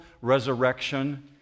resurrection